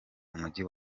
umujyi